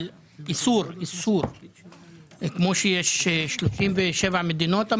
כמו שיש 37 מדינות,